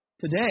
Today